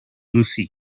lucy